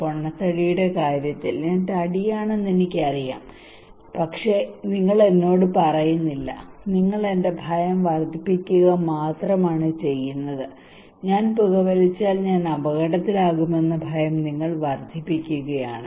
പൊണ്ണത്തടിയുടെ കാര്യത്തിൽ ഞാൻ തടിയാണെന്ന് എനിക്കറിയാം പക്ഷേ നിങ്ങൾ എന്നോട് പറയുന്നില്ല നിങ്ങൾ എന്റെ ഭയം വർദ്ധിപ്പിക്കുക മാത്രമാണ് ചെയ്യുന്നത് ഞാൻ പുകവലിച്ചാൽ ഞാൻ അപകടത്തിലാകുമെന്ന ഭയം നിങ്ങൾ വർദ്ധിപ്പിക്കുകയാണ്